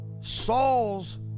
Saul's